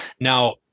Now